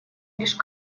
лишь